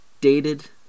dated